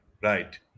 right